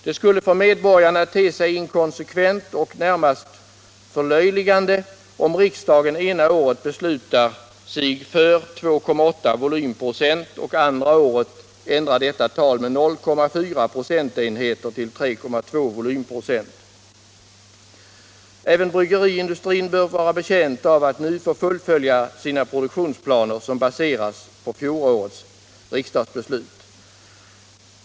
Det skulle för medborgarna te sig inkonsekvent och närmast löjligt om riksdagen ena året beslutar sig för 2,8 volymprocent och andra året ändrar detta tal med 0,4 procentenheter till 3,2 volymprocent. Även bryggeriindustrin bör vara betjänt av att nu få fullfölja sina produktionsplaner, som baseras på fjolårets riksdagsbeslut.